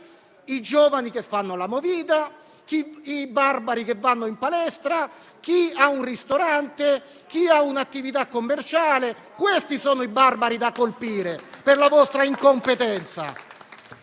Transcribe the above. I giovani che fanno la *movida*, i barbari che vanno in palestra o chi ha un ristorante e un'attività commerciale: questi sono i barbari da colpire, per la vostra incompetenza.